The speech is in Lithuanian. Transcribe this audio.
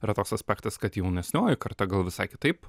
yra toks aspektas kad jaunesnioji karta gal visai kitaip